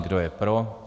Kdo je pro?